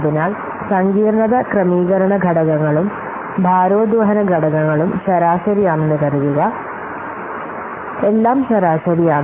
അതിനാൽ സങ്കീർണ്ണത ക്രമീകരണ ഘടകങ്ങളും ഭാരോദ്വഹന ഘടകങ്ങളും ശരാശരി ആണെന്ന് കരുതുക എല്ലാം ശരാശരിയാണ്